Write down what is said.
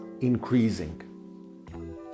increasing